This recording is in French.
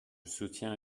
soutiens